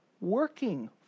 working